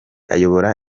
ayobora